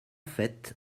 fait